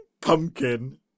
Pumpkin